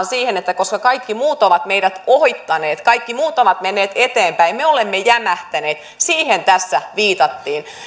siihen että koska kaikki muut ovat meidät ohittaneet kaikki muut ovat menneet eteenpäin me olemme jämähtäneet siihen tässä viitattiin